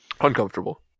Uncomfortable